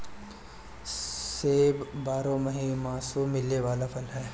सेब बारहोमास मिले वाला फल हवे